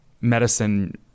medicine